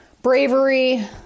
Bravery